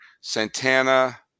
Santana